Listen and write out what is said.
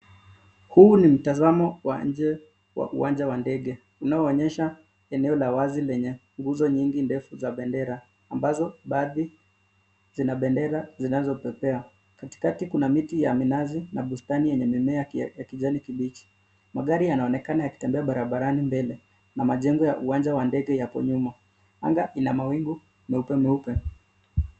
Huu ni mtazamo wa nje wa uwanja wa ndege unaoonyesha eneo la wazi lenye nguzo nyingi ndefu za bendera, ambazo baadhi zina bendera zinazopepea. Katikati kuna miti ya minazi na bustani yenye mimea ya kijani kibichi. Magari yanaonekana yakitembea barabarani mbele na majengo ya uwanja wa ndege yapo nyuma anga ina mawingu meupe meupe.